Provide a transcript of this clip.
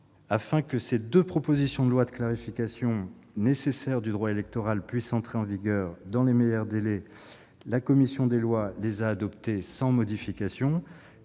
Afin que ces deux propositions de loi de clarification nécessaire du droit électoral puissent entrer en vigueur dans les meilleurs délais, la commission des lois les a adoptées sans modification.